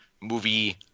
movie